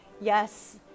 Yes